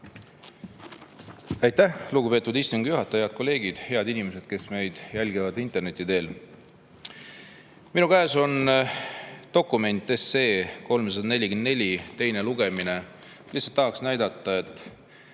Aitäh, lugupeetud istungi juhataja! Head kolleegid! Head inimesed, kes meid jälgivad interneti teel! Minu käes on dokument: 344 SE teine lugemine. Lihtsalt tahaks näidata, et